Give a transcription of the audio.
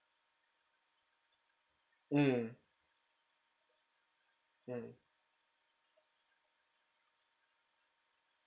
mm mm